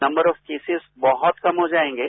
number of cases बहुत कम हो जायेंगे